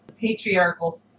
patriarchal